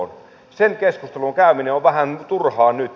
sen keskustelun käyminen on vähän turhaa nyt